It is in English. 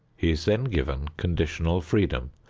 he is then given conditional freedom,